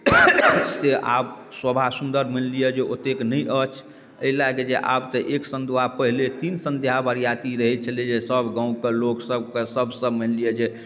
से आब शोभा सुन्दर मानि लिऽ जे ओतेक नहि अछि अइ लए कऽ जे आब तऽ एक सन्ध्या पहिले तीन सन्ध्या बरियाती रहै छलै जे सब गाँवके लोक सबके सब मानि लिऽ जे